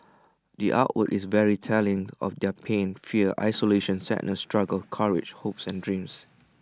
the art work is very telling of their pain fear isolation sadness struggles courage hopes and dreams